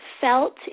felt